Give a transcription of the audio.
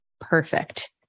perfect